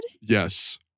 Yes